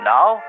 Now